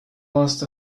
lost